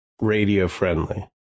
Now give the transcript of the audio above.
radio-friendly